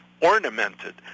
ornamented